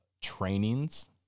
trainings